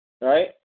right